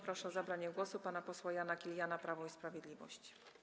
Proszę o zabranie głosu pana posła Jana Kiliana, Prawo i Sprawiedliwość.